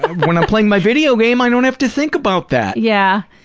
but when i'm playing my video game, i don't have to think about that! yeah.